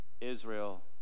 Israel